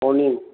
morning